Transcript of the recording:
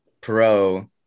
Pro